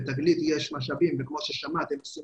בתגלית יש משאבים וכמו שמעת הם עושים